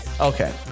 Okay